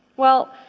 well,